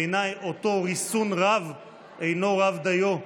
בעיניי, אותו ריסון רב אינו רב דיו.